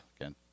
again